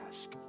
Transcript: ask